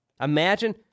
Imagine